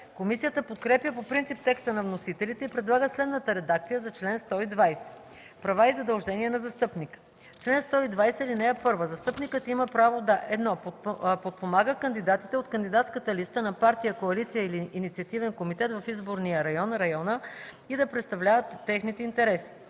Комисията подкрепя по принцип текста на вносителите и предлага следната редакция за чл. 120: „Права и задължения на застъпника Чл. 120. (1) Застъпникът има право да: 1. подпомага кандидатите от кандидатската листа на партия, коалиция или инициативен комитет в изборния район (района) и да представлява техните интереси;